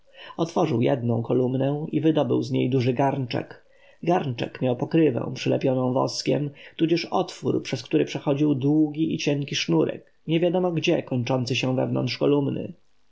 otworzył jedną kolumnę i wydobył z niej duży garnczek garnczek miał pokrywę przylepioną woskiem tudzież otwór przez który przechodził długi i cienki sznurek niewiadomo gdzie kończący się wewnątrz kolumny